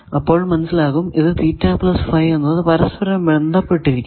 അപ്പോൾ മനസ്സിലാകും ഈ എന്നത് പരസ്പരം ബന്ധപ്പെട്ടിരിക്കുന്നു